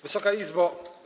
Wysoka Izbo!